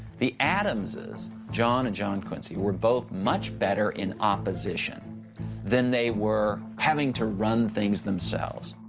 the adamses, john and john quincy, were both much better in opposition than they were having to run things themselves.